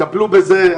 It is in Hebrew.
יטפלו בזה?